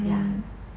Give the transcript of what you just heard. ya